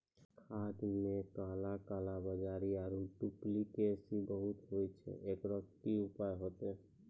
खाद मे काला कालाबाजारी आरु डुप्लीकेसी बहुत होय छैय, एकरो की उपाय होते?